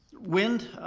wind,